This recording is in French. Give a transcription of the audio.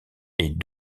est